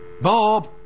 Bob